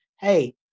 hey